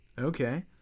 Okay